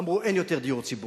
אמרו: אין יותר דיור ציבורי.